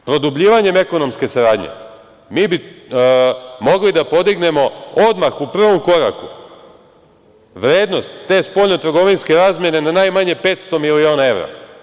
Produbljivanjem ekonomske saradnje, mi bi mogli da podignemo odmah u prvom koraku vrednost te spoljno-trgovinske razmene na najmanje 500 miliona evra.